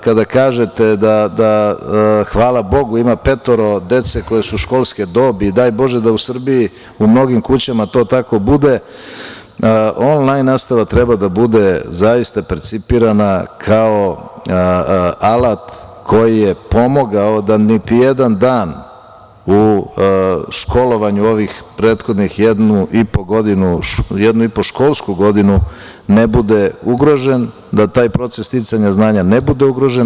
Kada kažete da, hvala bogu, ima petoro dece koje su školske dobi i daj Bože da u Srbiji u mnogim kućama to tako bude, onlajn nastava treba da bude zaista percipirana kao alat koji je pomogao da niti jedan dan u školovanju ovih prethodnih jednu i po školsku godinu ne bude ugrožen, da taj proces sticanja znanja ne bude ugrožen.